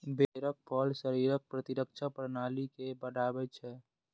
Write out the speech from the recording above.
बेरक फल शरीरक प्रतिरक्षा प्रणाली के बढ़ाबै छै